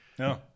No